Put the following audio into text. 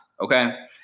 okay